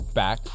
back